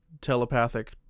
telepathic